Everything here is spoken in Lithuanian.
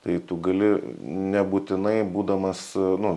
tai tu gali nebūtinai būdamas nu